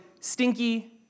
stinky